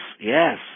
yes